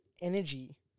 energy